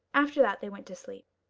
after that they went to sleep.